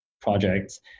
projects